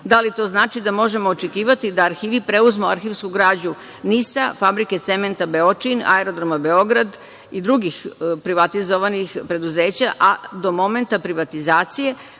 Da li to znači da možemo očekivati da arhivi preuzmu arhivsku građu NIS-a, fabrike cementa „Beočin“, Aerodroma „Beograd“ i drugih privatizovanih preduzeća, a do momenta privatizacije